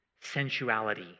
sensuality